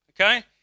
okay